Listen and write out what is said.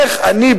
איך אני,